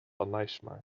anijssmaak